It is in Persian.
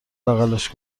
بغلش